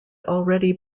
already